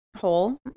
hole